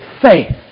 faith